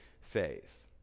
faith